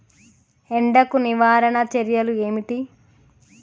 ఎండకు నివారణ చర్యలు ఏమిటి?